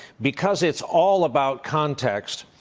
because it's all about context,